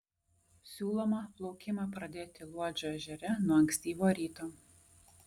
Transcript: siūloma plaukimą pradėti luodžio ežere nuo ankstyvo ryto